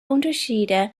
unterschiede